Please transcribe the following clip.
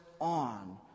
on